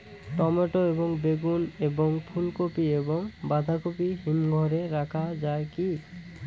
Tomato এবং বেগুন এবং ফুলকপি এবং বাঁধাকপি হিমঘরে রাখা যায় কি?